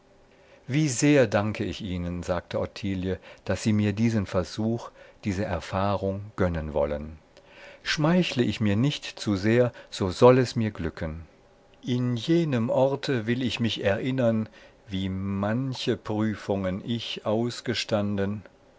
wie sehr danke ich ihnen sagte ottilie daß sie mir diesen versuch diese erfahrung gönnen wollen schmeichle ich mir nicht zu sehr so soll es mir glücken an jenem orte will ich mich erinnern wie manche prüfungen ich ausgestanden